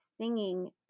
singing